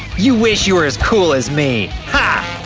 you wish you were as cool as me! ha!